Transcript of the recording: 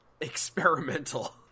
Experimental